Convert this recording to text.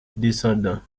descendants